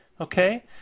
Okay